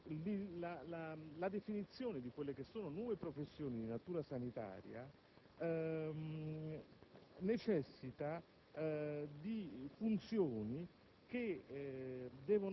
in quanto la definizione delle nuove professioni di natura sanitaria necessita di funzioni